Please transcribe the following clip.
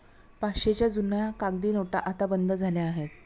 पाचशेच्या जुन्या कागदी नोटा आता बंद झाल्या आहेत